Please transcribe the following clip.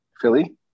Philly